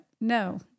no